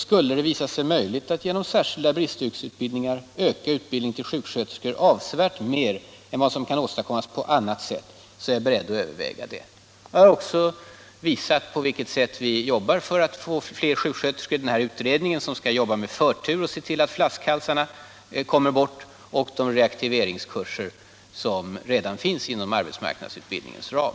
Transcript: Skulle det visa sig möjligt att genom särskilda bristyrkesutbildningar öka utbildningen till sjuksköterskor avsevärt mer än vad som kan åstadkommas på annat sätt är jag beredd att överväga det. Jag har också visat på vilket sätt vi jobbar för att få fler sjuksköterskor. Jag har pekat på utredningen, som skall arbeta med förtur för att se till att flaskhalsarna minskar. Och jag har pekat på de reaktiveringskurser som redan finns inom arbetsmarknadsutbildningens ram.